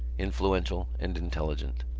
influential and intelligent.